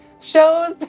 shows